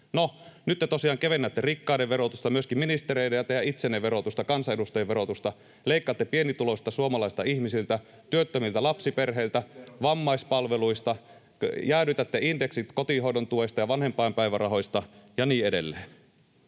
nyt te tosiaan kevennätte rikkaiden verotusta, myöskin ministereiden ja teidän itsenne verotusta, kansanedustajien verotusta. Leikkaatte pienituloisilta suomalaisilta ihmisiltä, työttömiltä, lapsiperheiltä, vammaispalveluista, jäädytätte indeksit kotihoidon tuesta ja vanhempainpäivärahoista ja niin edelleen.